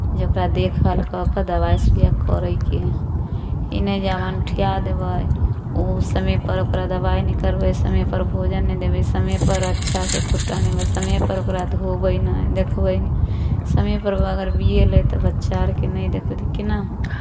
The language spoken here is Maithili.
जे ओकरा देखभाल कऽ कऽ दबाइ सुइआ करयके हइ ई नहि जे आब अण्ठिया देबै ओ समयपर ओकरा दबाइ नहि करबै समयपर भोजन नहि देबै समयपर अच्छासँ खुट्टा नहि समयपर ओकरा धोबै नहि देखबै नहि समयपर अगर बिएलै तऽ बच्चा आरकेँ नहि देखबै तऽ केना होतै